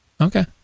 Okay